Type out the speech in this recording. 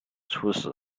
出使